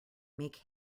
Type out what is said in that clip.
make